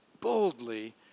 boldly